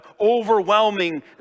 overwhelming